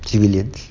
civilians